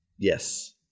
Yes